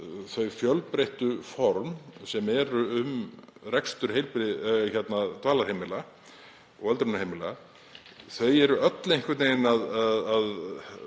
þau fjölbreyttu form sem eru um rekstur dvalarheimila og öldrunarheimila verði öll einhvern veginn